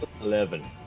eleven